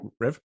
Rev